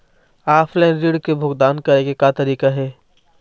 Offline ऋण के भुगतान करे के का तरीका हे?